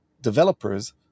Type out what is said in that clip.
developers